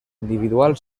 individual